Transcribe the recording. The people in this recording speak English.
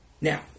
Now